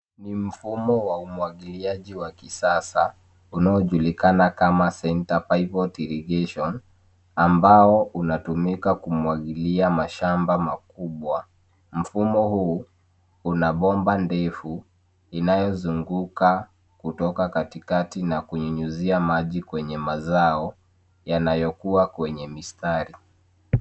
Ni mfumo wa umwagiliaji wa kisasa, unaojulikana kama centre pivot irrigation ambao unatumika kumwagilia mashamba makubwa. Mfumo huu una bomba ndefu inayozunguka kutoka katikati na kunyunyuzia maji kwenye mazao yanayokua kwenye mistari.